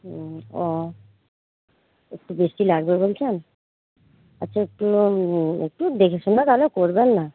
হুম ও একটু বেশি লাগবে বলছেন আচ্ছা একটু দেখে শুনে তাহলে করবেন না